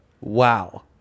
wow